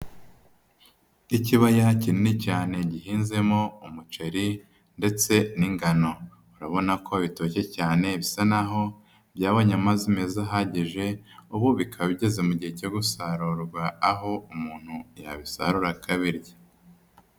Ikibaya kinini cyane gihinzemo umuceri ndetse n'ingano. Urabona ko bitoshye cyane bisa naho byabonye amazi meza ahagije, ubu bikaba bigeze mu gihe cyo gusarurwa, aho umuntu yabisarura akabirya.